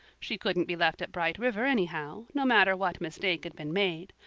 she couldn't be left at bright river anyhow, no matter what mistake had been made,